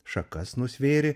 šakas nusvėrė